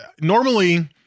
normally